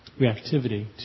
reactivity